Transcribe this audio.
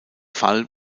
fall